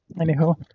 Anyhow